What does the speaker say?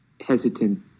hesitant